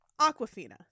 Aquafina